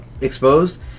exposed